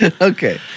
okay